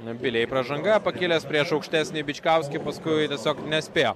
bilijai pražanga pakilęs prieš aukštesnį bičkauskį paskui tiesiog nespėjo